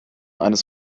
eines